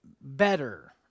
better